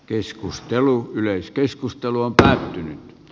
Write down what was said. keskustelu yleiskeskustelu on päättynyt